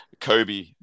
Kobe